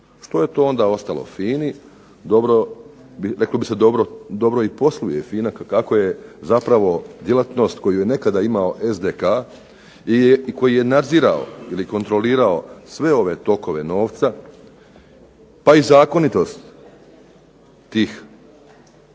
Što je to onda ostalo FINA-i, reklo bi se dobro i posluje FINA kako je zapravo djelatnost koju je nekada imao SDK i koji je nadzirao ili kontrolirao sve ove tokove novca pa i zakonitost tih